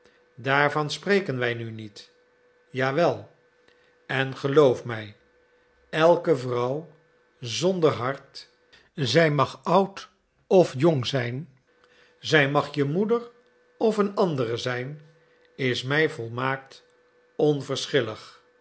daarvan spreken wij nu niet ja wel en geloof mij elke vrouw zonder hart zij mag oud of jong zijn zij mag je moeder of een andere zijn is mij volmaakt